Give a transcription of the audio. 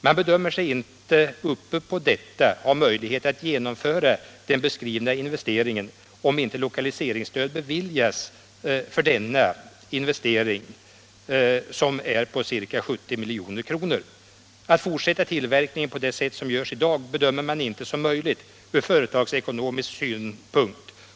Man bedömer sig inte ha möjlighet att utöver detta genomföra den beskrivna investeringen, om inte lokaliseringsstöd beviljas för densamma med ett belopp på ca 70 milj.kr. Att fortsätta tillverkningen på det sätt som sker i dag bedömer man inte som möjligt ur företagsekonomisk synpunkt.